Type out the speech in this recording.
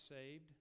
saved